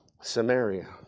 Samaria